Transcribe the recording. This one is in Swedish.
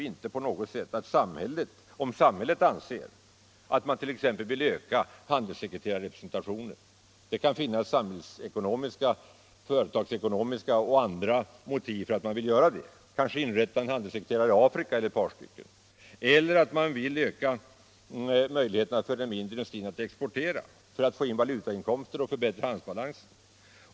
Antag att samhället anser sig böra utöka handelssekreterarrepresen Nr 84 tationen — det kan finnas samhällsekonomiska, företagsekonomiska och Onsdagen den andra motiv för att göra det — kanske inrätta en eller ett par tjänster 17 mars 1976 som handelssekreterare i Afrika eller att öka möjligheterna förden mindre = industrin att exportera för att få in valutainkomster och förbättra han — Sveriges exportråd, delsbalansen.